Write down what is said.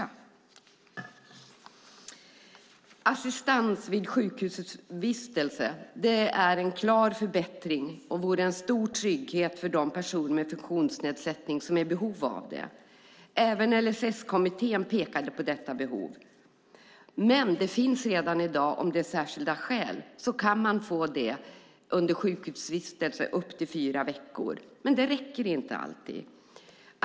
Att få assistans vid sjukhusvistelse är en klar förbättring och en stor trygghet för de personer med funktionsnedsättning som är i behov av det. Även LSS-kommittén pekade på detta behov. Om det finns särskilda skäl kan man redan i dag få det vid sjukhusvistelse upp till fyra veckor, men det räcker inte alltid.